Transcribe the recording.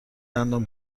دندان